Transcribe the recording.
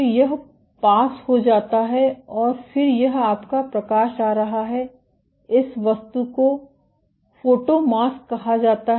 तो यह पास हो जाता है और फिर यह आपका प्रकाश आ रहा है इस वस्तु को फोटोमास्क कहा जाता है